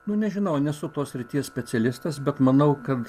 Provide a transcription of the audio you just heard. nu nežinau nesu tos srities specialistas bet manau kad